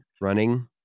running